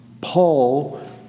Paul